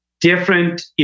different